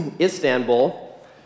Istanbul